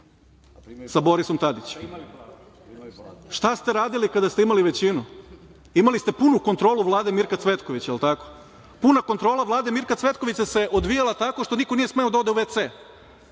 sa Borisom Tadićem. Šta ste radili kada ste imali većinu? Imali ste punu kontrolu vlade Mirka Cvetkovića, jel tako? Puna kontrola Vlade Mirka Cvetkovića se odvijala tako što niko nije smeo da ode u